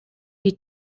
die